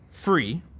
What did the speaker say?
free